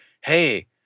Hey